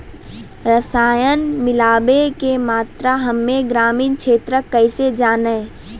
रसायन मिलाबै के मात्रा हम्मे ग्रामीण क्षेत्रक कैसे जानै?